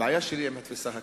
הבעיה שלי היא עם התפיסה הכללית,